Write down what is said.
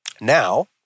Now